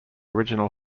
original